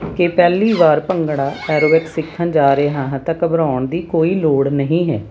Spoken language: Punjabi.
ਕਿ ਪਹਿਲੀ ਵਾਰ ਭੰਗੜਾ ਐਰੋਵਿਕਸ ਸਿੱਖਣ ਜਾ ਰਹੇ ਹਾਂ ਤਾਂ ਘਬਰਾਉਣ ਦੀ ਕੋਈ ਲੋੜ ਨਹੀਂ ਹੈ